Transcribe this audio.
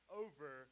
over